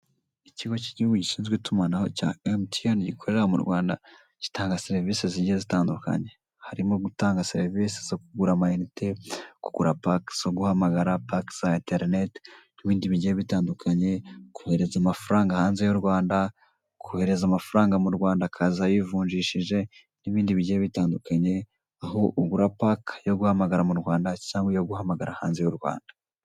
Ikigo cy'Igihugu gishinzwe itumanaho cya emutiyeni gikorera mu Rwanda, gitanga serivisi zigiye zitandukanye. Harimo gutanga serivisi zo kugura amayinite, kugura paki zo guhamagara, paki za interineti n'ibindi bigiye bitandukanye. Kohereza amafaranga hanze y'u Rwanda, kohereza amafaranga mu Rwanda akaza yivunjishije, n'ibindi bigiye bitandukanye, aho ugura paki yo guhamagara mu Rwanda cyangwa iyo guhamagara hanze y'u Rwanda.